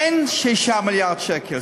אין 6 מיליארד שקל.